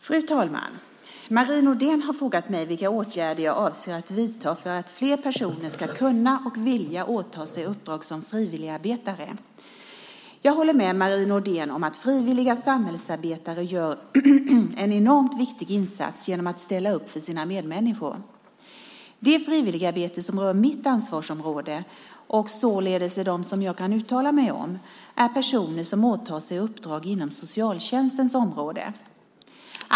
Fru talman! Marie Nordén har frågat mig vilka åtgärder jag avser att vidta för att fler personer ska kunna och vilja åta sig uppdrag som frivilligarbetare. Jag håller med Marie Nordén om att frivilliga samhällsarbetare gör en enormt viktig insats genom att ställa upp för sina medmänniskor. De frivilligarbetare som rör mitt ansvarsområde, och således är dem som jag kan uttala mig om, är personer som åtar sig uppdrag inom socialtjänstens område.